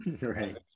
right